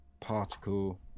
Particle